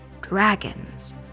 dragons